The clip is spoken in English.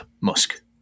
Musk